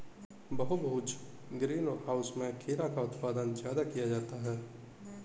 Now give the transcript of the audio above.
बहुभुज greenhouse में खीरा का उत्पादन ज्यादा किया जाता है